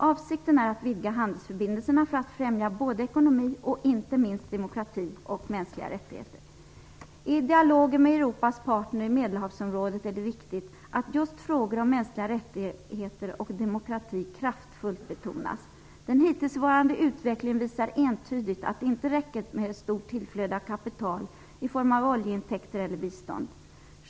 Avsikten är att vidga handelsförbindelserna för att främja både ekonomi och inte minst demokrati och mänskliga rättigheter. I dialogen med Europas partner i Medelhavsområdet är det viktigt att just frågor om mänskliga rättigheter och demokrati kraftfullt betonas. Den hittillsvarande utvecklingen visar entydigt att det inte räcker med stort tillflöde av kapital i form av oljeintäkter eller bistånd.